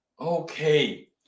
Okay